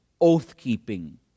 oath-keeping